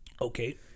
okay